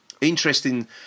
interesting